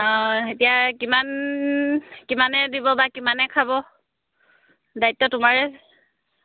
অঁ এতিয়া কিমান কিমানে দিব বা কিমানে খাব দায়িত্ব তোমাৰে